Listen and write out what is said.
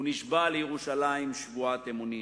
הוא נשבע לירושלים שבועת אמונים.